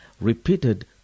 repeated